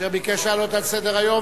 אשר ביקש להעלות את הנושא על סדר-היום,